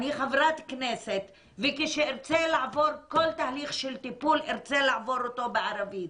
אני חברת כנסת וכשארצה לעבור כל תהליך של טיפול ארצה לעבור אותו בערבית,